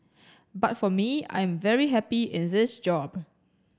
but for me I'm very happy in this job